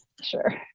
Sure